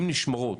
אם נשמרות,